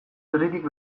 herritik